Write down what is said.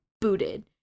booted